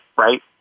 right